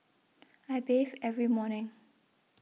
I bathe every morning